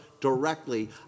directly